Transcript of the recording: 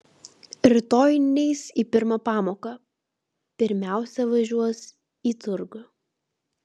rytoj neis į pirmą pamoką pirmiausia važiuos į turgų